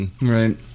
Right